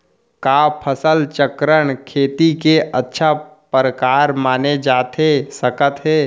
का फसल चक्रण, खेती के अच्छा प्रकार माने जाथे सकत हे?